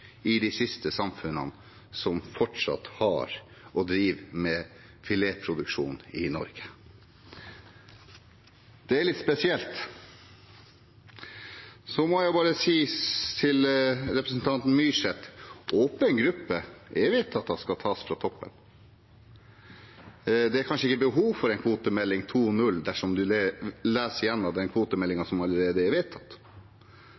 i de siste samfunnene som fortsatt har og driver med filetproduksjon i Norge. Det er litt spesielt. Så må jeg jo bare si til representanten Myrseth: Det er vedtatt at åpen gruppe skal tas fra toppen. Det er kanskje ikke behov for en kvotemelding 2.0 dersom man leser gjennom den